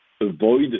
avoid